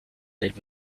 date